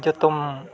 ᱡᱚᱛᱚᱢ